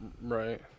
right